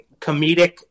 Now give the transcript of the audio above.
comedic